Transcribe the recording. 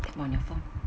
morning first